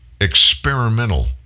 experimental